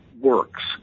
works